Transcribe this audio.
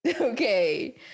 Okay